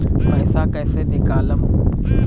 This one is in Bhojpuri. पैसा कैसे निकालम?